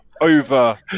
over